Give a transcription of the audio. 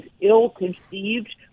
ill-conceived